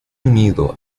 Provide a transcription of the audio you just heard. unido